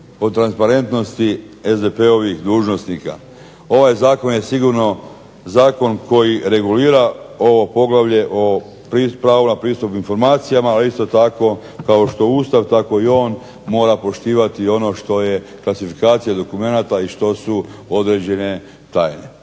o transparentnosti SDP-ovih dužnosnika. Ovaj zakon je sigurno zakon koji regulira ovo poglavlje o pravu na pristup informacijama, ali isto tako kao što Ustav tako i on mora poštivati i ono što je klasifikacija dokumenata i što su određene tajne.